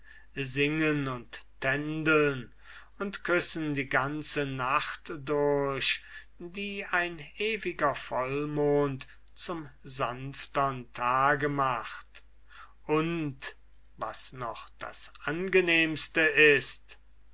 singen und tändeln und küssen die ganze nacht durch die ein ewiger vollmond zum sanftern tage macht und was noch das angenehmste ist